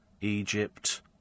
Egypt